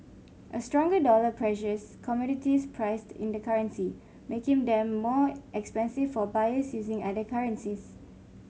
a stronger dollar pressures commodities priced in the currency making them more expensive for buyers using other currencies